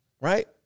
right